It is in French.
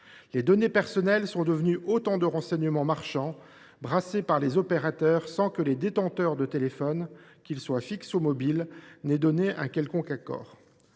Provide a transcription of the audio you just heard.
Les données personnelles sont devenues autant de renseignements marchands brassés par les opérateurs sans que les détenteurs de téléphones, qu’ils soient fixes ou mobiles, aient donné un quelconque accord.